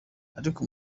ariko